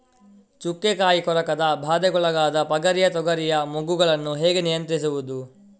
ಚುಕ್ಕೆ ಕಾಯಿ ಕೊರಕದ ಬಾಧೆಗೊಳಗಾದ ಪಗರಿಯ ತೊಗರಿಯ ಮೊಗ್ಗುಗಳನ್ನು ಹೇಗೆ ನಿಯಂತ್ರಿಸುವುದು?